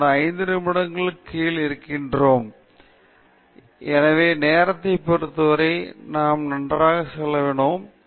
நாங்கள் கடந்த ஐந்து நிமிடங்களுக்கு கீழே இருக்கிறோம் எங்கள் பேச்சின் அனைத்து முக்கிய அம்சங்களையும் நிறைவு செய்துள்ளோம் எனவே நேரத்தை பொறுத்தவரை நாம் நன்றாகச் செய்வோம்